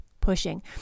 pushing